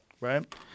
right